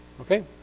Okay